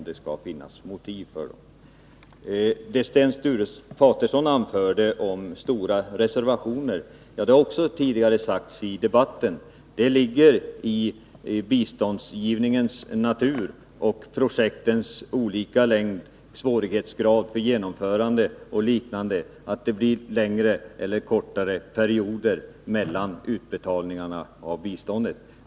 Sten Sture Paterson talade om stora reservationer. Det har tagits upp tidigare i debatten. Det ligger i biståndsgivningens natur och sammanhänger med projektens olika längd, svårighetsgrad för genomförande och liknande att det blir längre eller kortare perioder mellan utbetalningar av bistånd.